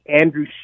Andrew